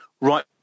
right